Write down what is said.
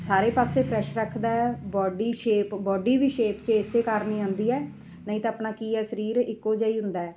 ਸਾਰੇ ਪਾਸੇ ਫਰੈਸ਼ ਰੱਖਦਾ ਬਾਡੀ ਸ਼ੇਪ ਬਾਡੀ ਵੀ ਸ਼ੇਪ 'ਚ ਇਸੇ ਕਾਰਨ ਹੀ ਆਉਂਦੀ ਹੈ ਨਹੀਂ ਤਾਂ ਆਪਣਾ ਕੀ ਹੈ ਸਰੀਰ ਇੱਕੋ ਜਿਹਾ ਹੀ ਹੁੰਦਾ